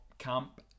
camp